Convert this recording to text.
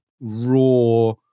raw